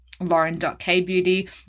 lauren.kbeauty